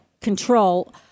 control